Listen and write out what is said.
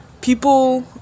people